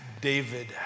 David